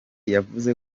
yavuze